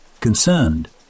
Concerned